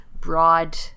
broad